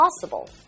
possible